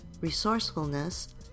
resourcefulness